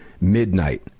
midnight